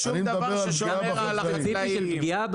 בוודאי שזה ילך ובוודאי שזה כלכלי להם.